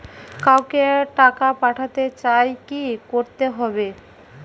কাউকে টাকা পাঠাতে চাই কি করতে হবে?